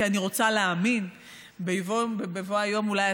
כי אני רוצה להאמין שבבוא היום אולי,